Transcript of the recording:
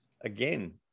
again